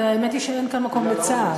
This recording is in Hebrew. והאמת היא שאין כאן מקום לצער,